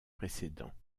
précédents